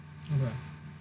okay